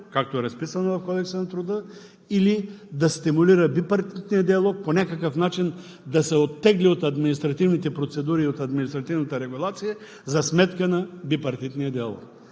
както е разписано в Кодекса на труда, или да стимулира бипартитния диалог, по някакъв начин да се оттегли от административните процедури и от административната регулация за сметка на бипартитния диалог.